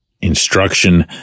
instruction